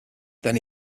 then